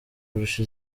kurusha